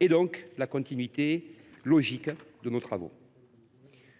est la suite logique de nos travaux.